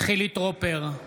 חילי טרופר,